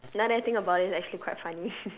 now that I think about it it's actually quite funny